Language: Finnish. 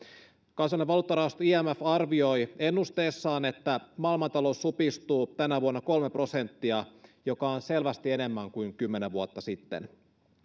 kansainvälinen valuuttarahasto imf arvioi ennusteessaan että maailmantalous supistuu tänä vuonna kolme prosenttia mikä on selvästi enemmän kuin kymmenen vuotta sitten